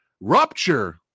Rupture